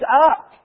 up